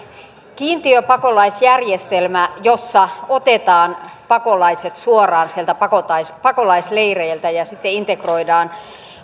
kiintiöpakolaisjärjestelmä jossa otetaan pakolaiset suoraan sieltä pakolaisleireiltä ja sitten integroidaan